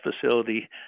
facility